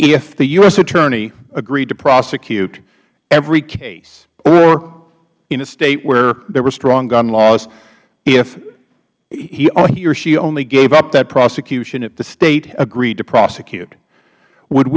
if the u s hattorney agreed to prosecute every case or in a state where there were strong gun laws if he or she only gave up that prosecution if the state agreed to prosecute would